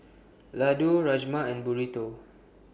Ladoo Rajma and Burrito